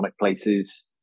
places